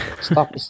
Stop